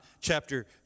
chapter